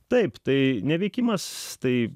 taip tai neveikimas tai